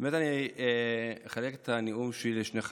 אני אחלק את הנאום שלי לשלושה חלקים: